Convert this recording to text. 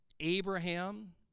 Abraham